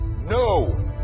no